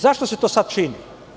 Zašto se to sad čini?